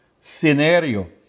scenario